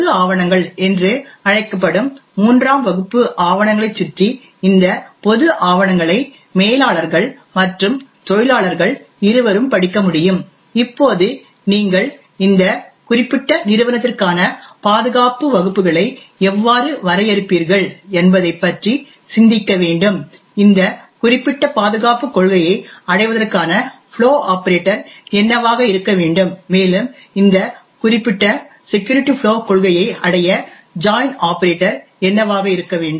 பொது ஆவணங்கள் என்று அழைக்கப்படும் மூன்றாம் வகுப்பு ஆவணங்களைச் சுற்றி இந்த பொது ஆவணங்களை மேலாளர்கள் மற்றும் தொழிலாளர்கள் இருவரும் படிக்க முடியும் இப்போது நீங்கள் இந்த குறிப்பிட்ட நிறுவனத்திற்கான பாதுகாப்பு வகுப்புகளை எவ்வாறு வரையறுப்பீர்கள் என்பதைப் பற்றி சிந்திக்க வேண்டும் இந்த குறிப்பிட்ட பாதுகாப்புக் கொள்கையை அடைவதற்கான ஃப்ளோ ஆபரேட்டர் என்னவாக இருக்க வேண்டும் மேலும் இந்த குறிப்பிட்ட செக்யூரிட்டி ஃப்ளோ கொள்கையை அடைய ஜாய்ன் ஆபரேட்டர் என்னவாக இருக்க வேண்டும்